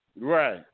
Right